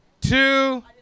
two